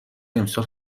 امسال